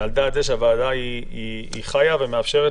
זה על סמך הידיעה שהוועדה הזאת חיה ומאפשרת